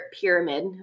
pyramid